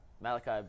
Malachi